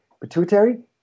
pituitary